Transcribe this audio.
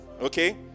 okay